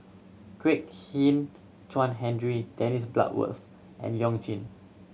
Kwek Hian Chuan Henry Dennis Bloodworth and You Jin